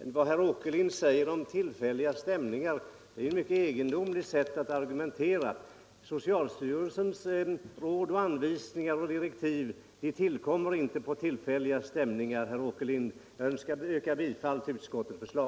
Vad herr Åkerlind säger om tillfälliga stämningar är ett egendomligt sätt att argumentera. Socialstyrelsens råd, anvisningar och direktiv grundas inte på tillfälliga stämningar, herr Åkerlind. Jag yrkar bifall till utskottets förslag.